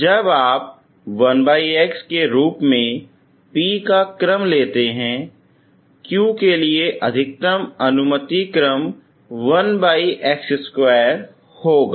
जब आप 1x के रूप में p का क्रम लेते है q के लिए अधिकतम अनुमति क्रम 1x2 होगा